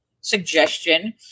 suggestion